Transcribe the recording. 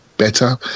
Better